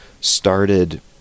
started